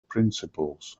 principles